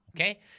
okay